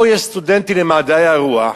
פה יש סטודנטים למדעי הרוח,